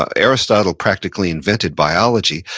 ah aristotle practically invented biology,